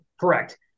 Correct